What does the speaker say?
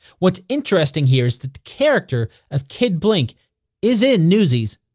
what's interesting here is that the character of kid blink is in newsies.